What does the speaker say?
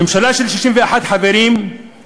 ממשלה של 61 חברים בכנסת,